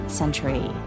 century